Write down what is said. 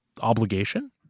obligation